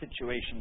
situation